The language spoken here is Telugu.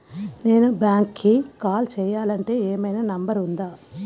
నేను బ్యాంక్కి కాల్ చేయాలంటే ఏమయినా నంబర్ ఉందా?